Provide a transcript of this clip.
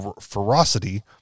ferocity